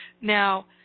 Now